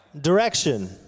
Direction